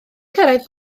cyrraedd